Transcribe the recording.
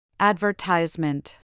advertisement